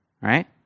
Right